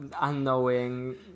Unknowing